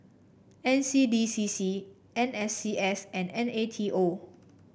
N C D C C N S C S and N A T O